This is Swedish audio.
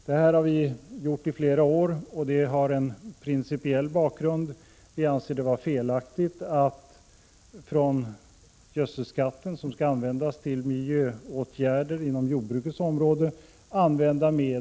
Detta har vi föreslagit i flera år, och det har en principiell bakgrund. Vi anser det felaktigt att använda medel till detta ändamål från gödselskatten, som skall användas för miljöåtgärder inom jordbruksområdet.